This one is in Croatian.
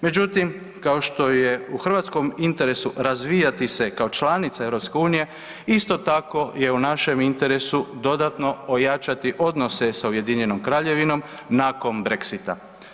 Međutim, kao što je u hrvatskom interesu razvijati se kao članica EU, isto tako je u našem interesu dodatno ojačati odnose sa Ujedinjenom Kraljevinom nakon Brexita.